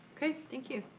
okay, thank you.